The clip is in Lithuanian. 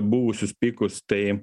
buvusius pikus tai